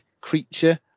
creature